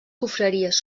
confraries